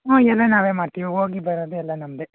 ಹ್ಞೂಂ ಎಲ್ಲ ನಾವೇ ಮಾಡ್ತೀವಿ ಹೋಗಿ ಬರೋದು ಎಲ್ಲ ನಮ್ಮದೇ